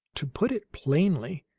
to put it plainly,